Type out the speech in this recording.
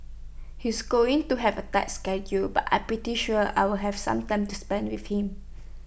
he's going to have A tight schedule but I'm pretty sure I'll have some time to spend with him